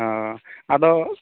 ᱚ ᱟᱫᱚ